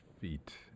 feet